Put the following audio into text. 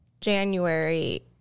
January